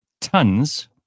tons